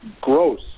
gross